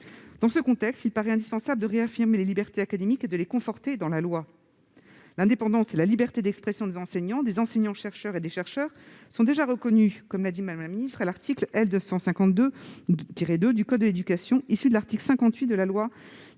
Dans ce contexte, il paraît indispensable de réaffirmer les libertés académiques et de les conforter dans la loi. L'indépendance et la liberté d'expression des enseignants, des enseignants-chercheurs et des chercheurs sont déjà reconnues à l'article L. 952-2 du code de l'éducation, issu de l'article 58 de la loi